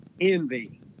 envy